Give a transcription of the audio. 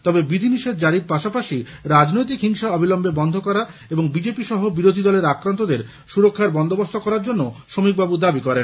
তবে বিধিনিষেধ জারির পাশাপাশি রাজনৈতিক হিংসা অবিলম্বে বন্ধ করা এবং বিজেপি সহ বিরোধী দলের আক্রান্তদের সুরক্ষার বন্দোবস্ত করার জন্যও শমীকবাবু দাবি করেন